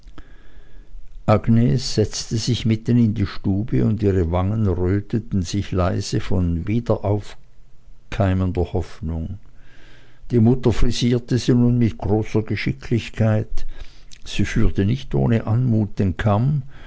setzte sich mitten in die stube und ihre wangen röteten sich leise von wiederaufkeimender hoffnung die mutter frisierte sie nun mit großer geschicklichkeit sie führte nicht ohne anmut den kamm